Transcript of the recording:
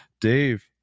Dave